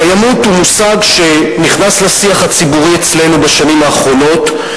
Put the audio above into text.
קיימות הוא מושג שנכנס לשיח הציבורי אצלנו בשנים האחרונות,